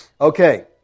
Okay